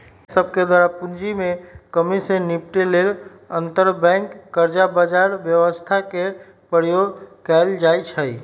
bank सभके द्वारा पूंजी में कम्मि से निपटे लेल अंतरबैंक कर्जा बजार व्यवस्था के प्रयोग कएल जाइ छइ